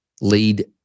lead